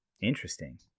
Interesting